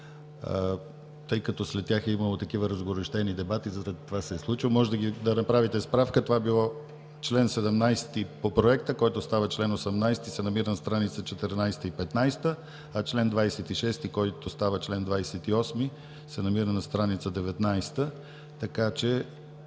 Тъй като след тях е имало такива разгорещени дебати, това се е случило. Може да направите справка: това са чл. 17 по Проекта, който става чл. 18 и се намира на страница 14 и 15; член 26, който става чл. 28 и се намира на стр. 19.